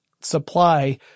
supply